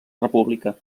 república